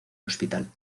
hospital